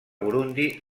burundi